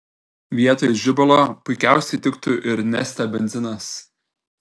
vietoj žibalo puikiausiai tiktų ir neste benzinas